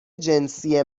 جنسی